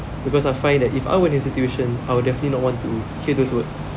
because I find that if I were in the situation I will definitely not want to hear those words